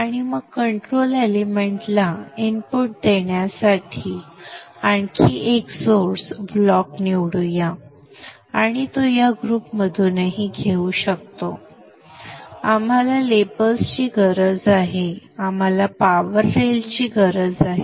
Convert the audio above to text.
आणि मग कंट्रोल एलिमेंटला इनपुट देण्यासाठी आणखी एक सोर्स ब्लॉक निवडू या आणि तो या ग्रुपमधूनही घेऊ शकतो आम्हाला लेबल्सची गरज आहे आम्हाला पॉवर रेलची गरज आहे